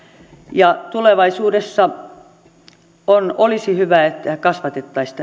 ja tulevaisuudessa olisi hyvä jos kasvatettaisiin